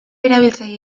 erabiltzaile